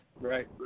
right